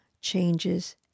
changes